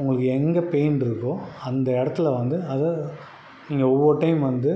உங்களுக்கு எங்கே பெயின் இருக்கோ அந்த இடத்துல வந்து அதை நீங்கள் ஒவ்வொரு டைம் வந்து